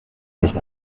nicht